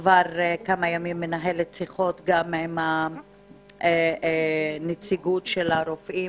כבר כמה ימים אני מנהלת שיחות עם נציגות הרופאים,